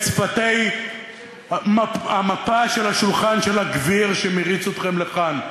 שפתי המפה של השולחן של הגביר שמריץ אתכם לכאן,